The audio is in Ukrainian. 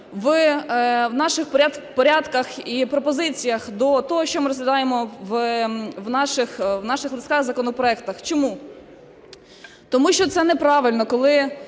в наших порядках і пропозиціях до того, що ми розглядаємо в наших листках, законопроектах. Чому? Тому що це неправильно, коли,